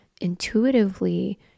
intuitively